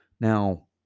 Now